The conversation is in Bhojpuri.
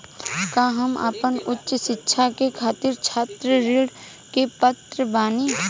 का हम आपन उच्च शिक्षा के खातिर छात्र ऋण के पात्र बानी?